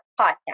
Podcast